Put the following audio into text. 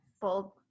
bold